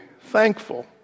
thankful